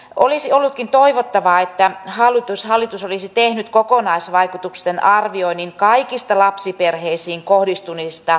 olisi ollutkin toivottavaa että hallitus olisi tehnyt kokonaisvaikutusten arvioinnin kaikista lapsiperheisiin kohdistuneista säästöpäätöksistä